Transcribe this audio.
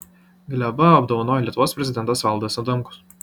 glebą apdovanojo lietuvos prezidentas valdas adamkus